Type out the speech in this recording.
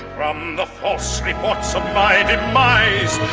um the false reports of five miles.